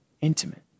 intimate